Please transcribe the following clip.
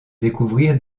découvrir